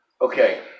okay